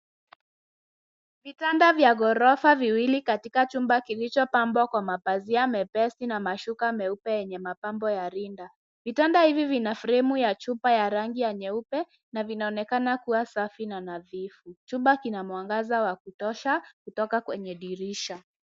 Vitanda vya ghorofa viwili katika chumba kilichopambwa kwa mapazia mepesi na mashuka mepesi na mapambo ya rinda, vitanda hivi vina fremu ya chupa ya rangi ya nyeupe na vinaonekana kua safi na nadhifu, chumba kina mwangaza wa kutosha kutoka kwenye dirisha.